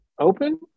open